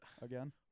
again